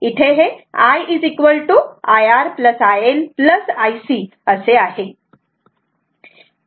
म्हणून हे IIR IL IC आहे